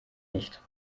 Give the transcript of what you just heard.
nicht